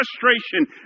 frustration